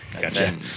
Gotcha